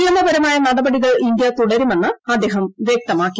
നിയമപരമായ നടപടികൾ ഇന്ത്യ തുടരുമെന്ന് അദ്ദേഹം വ്യക്തമാക്കി